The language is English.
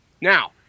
Now